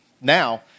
now